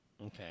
Okay